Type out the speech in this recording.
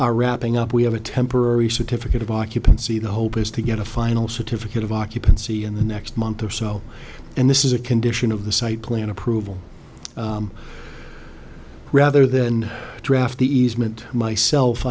are wrapping up we have a temporary certificate of occupancy the hope is to get a final certificate of occupancy in the next month or so and this is a condition of the site plan approval rather than draft the easement myself